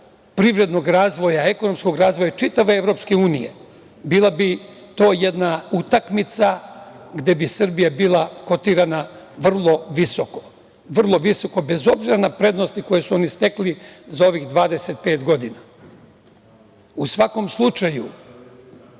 privrednog razvoja, ekonomskog razvoja čitave EU. To bi bila jedna utakmica gde bi Srbija bila kotirana vrlo visoko, bez obzira na prednosti koje su oni stekli za ovih 25 godina.U svakom slučaju,